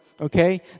Okay